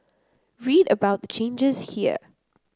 read about the changes here